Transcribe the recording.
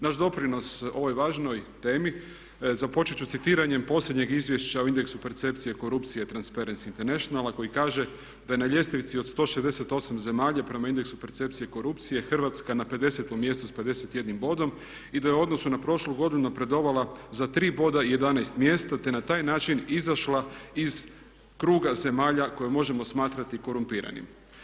Naš doprinos ovoj važnoj temi započet ću citiranjem posljednjeg izvješća o indeksu percepcije korupcije Transparency Internationala koji kaže, da je na ljestvici od 168 zemalja prema indeksu percepcije korupcije Hrvatska na 50 mjestu s 51 bodom i da je u odnosu na prošlu godinu napredovala za 3 boda i 11 mjesta, te na taj način izašla iz kruga zemalja koje možemo smatrati korumpiranim.